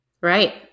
Right